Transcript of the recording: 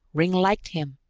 ringg liked him!